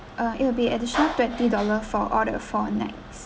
uh it'll be additional twenty dollar for all the four nights